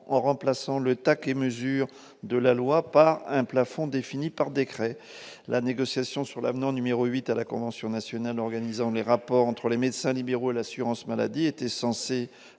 en remplaçant le et mesures de la loi par un plafond défini par décret la négociation sur l'avenant numéro 8 à la convention nationale organisant les rapports entre les médecins libéraux et l'assurance maladie était en